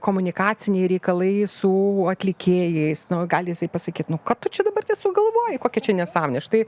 komunikaciniai reikalai su atlikėjais nu gali jisai pasakyti nu kad čia dabartės sugalvojai kokią čia nesąmonę štai